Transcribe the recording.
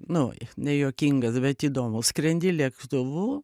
nu nejuokingas bet įdomus skrendi lėktuvu